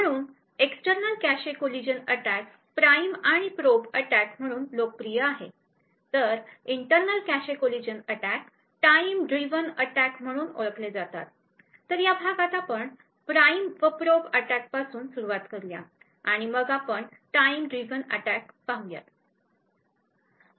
तर external cache collision attack prime आणि probe attack म्हणून लोकप्रिय आहेत तर internal cache collision attack time driven attack म्हणून ओळखले जातात तर या भागात आपण प्राइम व प्रोब अटॅक पासून सुरुवात करूया आणि मग आपण टाईम ड्रिवन अटॅक कडे पाहुयात